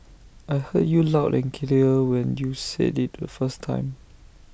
I heard you loud and clear when you said IT the first time